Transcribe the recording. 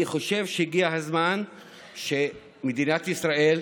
אני חושב שהגיע הזמן שמדינת ישראל,